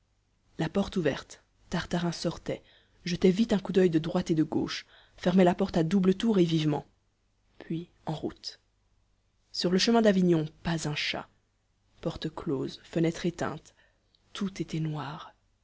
la porte ouverte tartarin sortait jetait vite un coup d'oeil de droite et de gauche fermait la porte à double tour et vivement puis en route sur le chemin d'avignon pas un chat portes closes fenêtres éteintes tout était noir